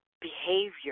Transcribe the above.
behavior